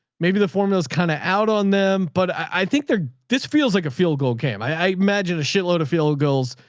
maybe the formula's kind of out on them, but i think there, this feels like a field goal game. i i imagine a shitload of field goals.